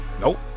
Nope